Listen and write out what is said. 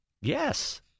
Yes